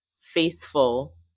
faithful